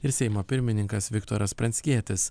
ir seimo pirmininkas viktoras pranckietis